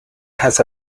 has